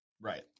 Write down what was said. right